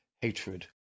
hatred